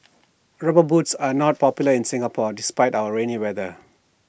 rubber boots are not popular in Singapore despite our rainy weather